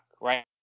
right